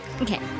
Okay